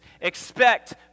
expect